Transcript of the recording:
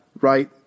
right